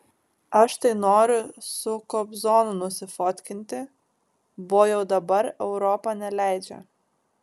aš tai noriu su kobzonu nusifotkinti bo jau dabar europa neleidžia